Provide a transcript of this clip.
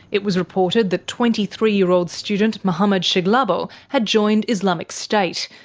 it was reported that twenty three year old student muhammed sheglabo had joined islamic state,